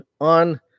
on